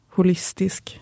Holistisk